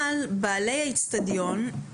אבל בעלי האצטדיון,